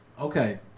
Okay